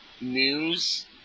news